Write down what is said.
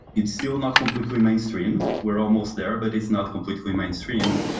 it's still not completely mainstream. we're almost there, but it's not completely mainstream,